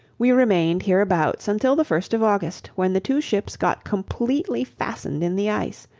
we remained hereabouts until the first of august when the two ships got completely fastened in the ice,